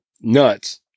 nuts